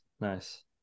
Nice